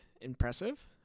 impressive